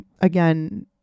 again